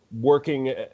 working